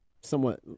somewhat